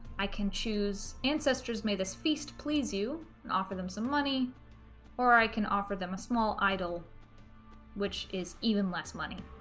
i can choose ancestors may this feast please you and offer them some money or i can offer them a small idol which is even less money